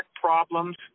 problems